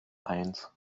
eins